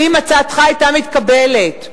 שאם הצעתך היתה מתקבלת,